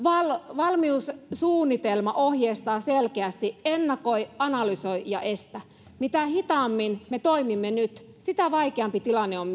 valmiussuunnitelma ohjeistaa selkeästi ennakoi analysoi ja estä mitä hitaammin me toimimme nyt sitä vaikeampi tilanne on